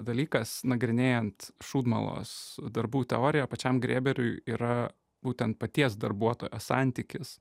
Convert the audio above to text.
dalykas nagrinėjant šūdmalos darbų teoriją pačiam grėberiui yra būtent paties darbuotojo santykis